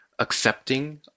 accepting